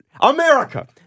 America